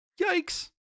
Yikes